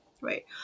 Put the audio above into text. right